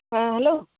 ᱦᱮᱸ ᱦᱮᱞᱳ